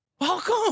Welcome